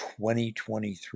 2023